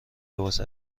لباس